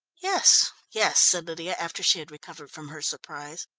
yes, yes, said lydia, after she had recovered from her surprise.